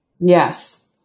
Yes